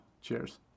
Cheers